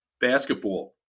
basketball